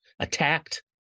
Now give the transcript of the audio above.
attacked